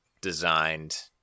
designed